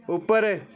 ਉੱਪਰ